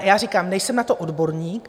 Jak říkám, nejsem na to odborník.